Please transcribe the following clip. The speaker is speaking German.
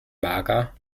mager